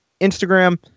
Instagram